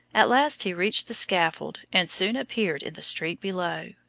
at last he reached the scaffold and soon appeared in the street below.